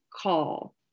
call